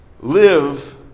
Live